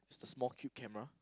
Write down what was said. its a small cube camera